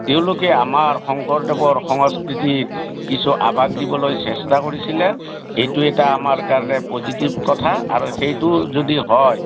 তেওঁলোকে আমাৰ শংকৰদেৱৰ সংস্কৃতিৰ কিছু আভাস দিবলৈ চেষ্টা কৰিছিলে এইটো এটা আমাৰ কাৰণে পজিটিভ কথা আৰু সেইটো যদি হয়